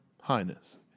Highness